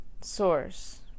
source